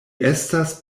estas